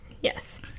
Yes